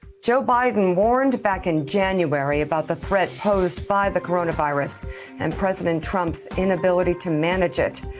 joe biden warned back in january about the threat posed by the coronavirus and president trump's inability to manage it.